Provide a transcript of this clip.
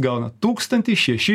gauna tūkstantį šeši